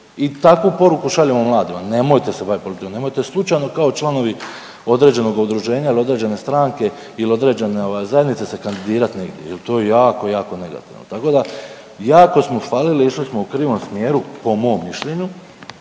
I takvu poruku šaljemo mladima, nemojte se bavit politikom, nemojte slučajno kao članovi određenog udruženja ili određene stranke ili određene ovaj, zajednice se kandidirati negdje jer to je jako, jako negativno. Tako da, jako smo falili, išli smo u krivom smjeru, po mom mišljenju